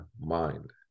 mind